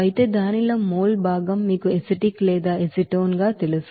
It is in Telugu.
అయితే దానిలో మోల్ భాగం మీకు ఎసిటిక్ లేదా ఎసిటోన్ తెలుసు ఇది 54